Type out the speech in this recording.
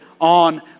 on